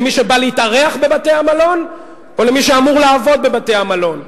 למי שבא להתארח בבתי-המלון או למי שאמור לעבוד בבתי-המלון?